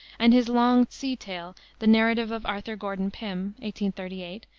and his long sea tale, the narrative of arthur gordon pym thirty eight,